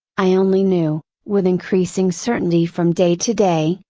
i only knew, with increasing certainty from day to day,